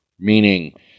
Meaning